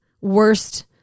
worst